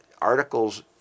articles